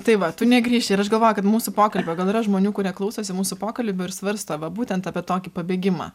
tai va tu negrįši ir aš galvoju kad mūsų pokalbio gal yra žmonių kurie klausosi mūsų pokalbių ir svarsto va būtent apie tokį pabėgimą